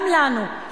גם לנו,